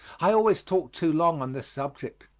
i always talk too long on this subject.